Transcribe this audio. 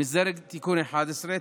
במסגרת תיקון 11,